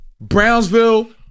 brownsville